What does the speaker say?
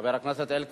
חבר הכנסת אלקין.